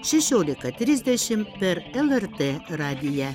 šešiolika trisdešimt per lrt radiją